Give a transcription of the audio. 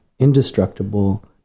indestructible